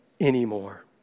anymore